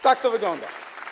Tak to wygląda.